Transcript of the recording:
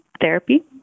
therapy